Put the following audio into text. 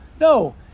No